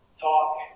Talk